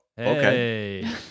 okay